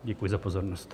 Děkuji za pozornost.